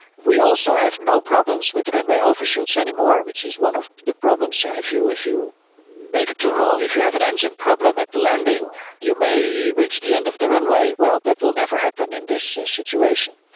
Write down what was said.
we also have no problems with runway overshoots anymore, which is one of the problems and if you if you make it too long, if you have an engine problem at the landing you may reach the end of the runway, well, that will never happen in this situation.